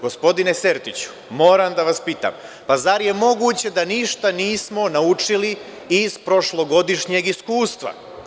Gospodine Sertiću, moram da vas pitam - zar je moguće da ništa nismo naučili iz prošlogodišnjeg iskustva?